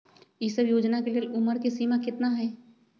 ई सब योजना के लेल उमर के सीमा केतना हई?